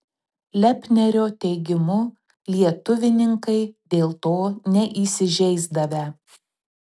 lepnerio teigimu lietuvininkai dėl to neįsižeisdavę